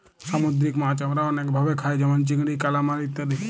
সামুদ্রিক মাছ আমরা অনেক ভাবে খাই যেমন চিংড়ি, কালামারী ইত্যাদি